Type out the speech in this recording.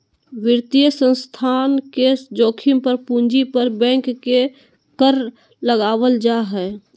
वित्तीय संस्थान के जोखिम पर पूंजी पर बैंक के कर लगावल जा हय